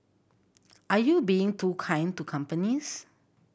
are you being too kind to companies